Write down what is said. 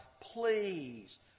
please